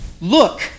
Look